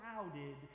crowded